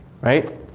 right